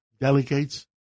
delegates